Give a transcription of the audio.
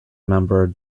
member